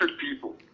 people